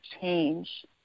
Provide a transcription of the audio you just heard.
change